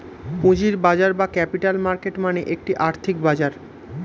পুঁজির বাজার বা ক্যাপিটাল মার্কেট মানে একটি আর্থিক বাজার